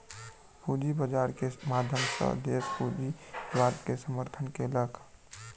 पूंजी बाजार के माध्यम सॅ देस पूंजीवाद के समर्थन केलक